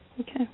Okay